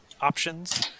options